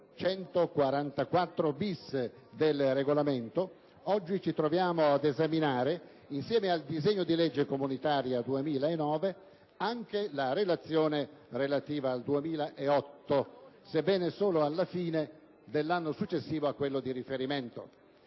144-*bis* del Regolamento, oggi noi ci troviamo ad esaminare, insieme al disegno di legge comunitaria 2009, anche la Relazione annuale relativa al 2008, sebbene solo alla fine dell'anno successivo a quello di riferimento.